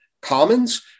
commons